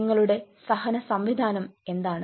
നിങ്ങളുടെ സഹന സംവിധാനം എന്താണ്